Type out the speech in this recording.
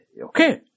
Okay